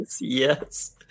yes